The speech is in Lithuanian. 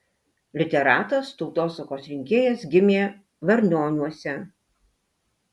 literatas tautosakos rinkėjas gimė varnioniuose